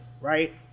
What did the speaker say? Right